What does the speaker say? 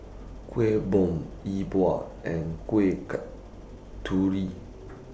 Kueh Bom E Bua and Kuih Kasturi